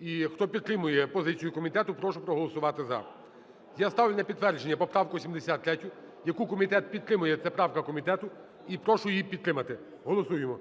І хто підтримає позицію комітету, прошу проголосувати "за". Я ставлю на підтвердження поправку 73, яку комітет підтримає. Це правка комітету. І прошу її підтримати. Голосуємо.